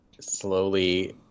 Slowly